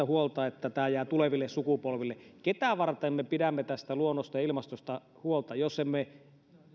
huolta että se jää tuleville sukupolville ketä varten me pidämme tästä luonnosta ja ilmastosta huolta jos emme